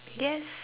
yes